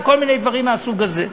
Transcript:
בכל מיני דברים מהסוג הזה,